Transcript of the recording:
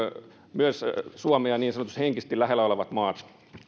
myös niin sanotusti suomea henkisesti lähellä olevat maat